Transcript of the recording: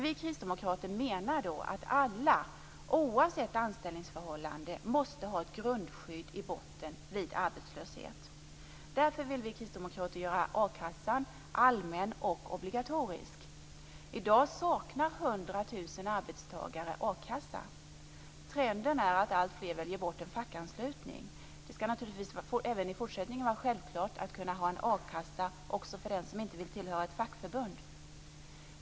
Vi kristdemokrater menar att alla oavsett anställningsförhållande måste ha ett grundskydd vid arbetslöshet. Därför vill vi kristdemokrater göra a-kassan allmän och obligatorisk. I dag saknar 100 000 arbetstagare a-kassa. Trenden är att alltfler väljer bort en fackanslutning. Det skall naturligtvis även i fortsättningen vara självklart att man skall kunna tillhöra en a-kassa, även om man inte är ansluten till något fackförbund.